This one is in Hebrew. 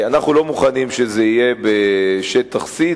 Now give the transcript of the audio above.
אנחנו לא מוכנים שזה יהיה בשטח C,